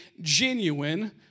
genuine